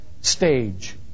stage